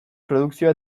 produkzioa